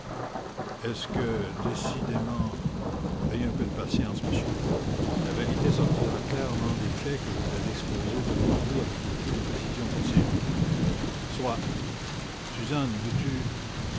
est-ce que décidément ayez un peu de patience monsieur la vérité sortira clairement des faits que je vais exposer devant vous avec le plus de précision possible arsène lupin essuie un coup de feu soit suzanne veux-tu